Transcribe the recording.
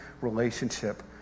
relationship